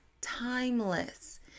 timeless